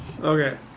Okay